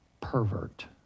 pervert